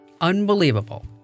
unbelievable